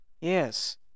Yes